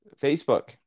Facebook